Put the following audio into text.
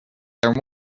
there